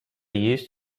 used